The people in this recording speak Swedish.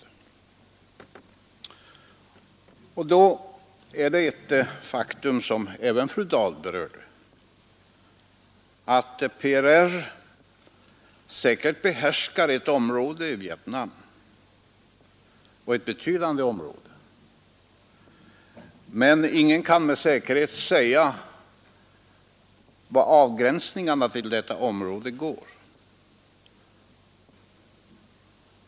Och då är det ett faktum, som även fru Dahl berörde, att PRR säkerligen behärskar ett område i Vietnam, och ett betydande område, men ingen kan med säkerhet säga var avgränsningarna för detta område går.